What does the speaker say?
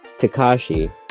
Takashi